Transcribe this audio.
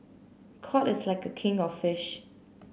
cod is like a king of fish